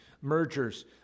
mergers